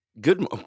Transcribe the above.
good